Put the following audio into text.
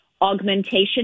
augmentation